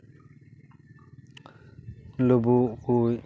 ᱞᱩᱵᱩᱜ ᱠᱩᱡ